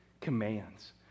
commands